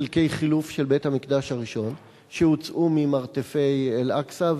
חלקי חילוף של בית-המקדש הראשון שהוצאו ממרתפי אל-אקצא,